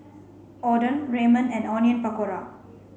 Oden Ramen and Onion Pakora